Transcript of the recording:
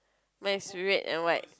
mine is red and white